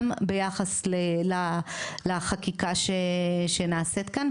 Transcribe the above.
גם ביחס לחקיקה שנעשית כאן,